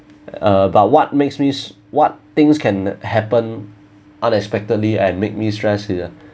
ah but what makes me str~ what things can happen unexpectedly and make me stress is uh